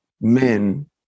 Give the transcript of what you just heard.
men